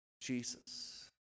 Jesus